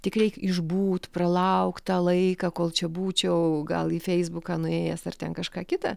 tik reik išbūt pralaukt tą laiką kol čia būčiau gal į feisbuką nuėjęs ar ten kažką kitą